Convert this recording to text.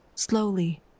Slowly